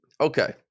Okay